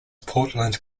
portland